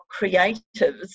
creatives